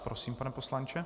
Prosím, pane poslanče.